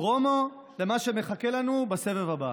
פרומו למה שמחכה לנו בסבב הבא.